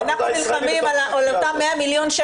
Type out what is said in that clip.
עם כל הכבוד,